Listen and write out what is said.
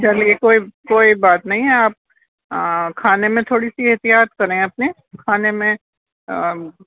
چلیے کوئی کوئی بات نہیں ہے آپ کھانے میں تھوڑی سی احتیاط کریں اپنے کھانے میں